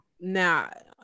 Now